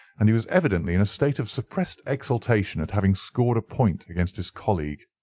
and he was evidently in a state of suppressed exultation at having scored a point against his colleague.